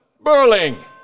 Burling